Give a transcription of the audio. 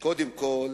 קודם כול